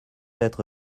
être